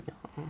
ya